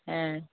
হ্যাঁ